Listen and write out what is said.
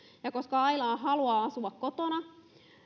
ja koska aila haluaa asua kotona